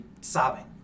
sobbing